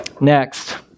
Next